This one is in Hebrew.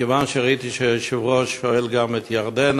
מכיוון שראיתי שהיושב-ראש שואל גם את ירדנה,